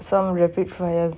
so அவங்க:avanga repeat for you